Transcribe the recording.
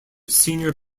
senior